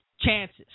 chances